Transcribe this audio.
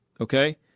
okay